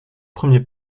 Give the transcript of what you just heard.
premier